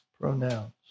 Pronouns